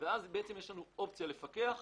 לכן יש את האופציה לפקח.